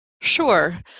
Sure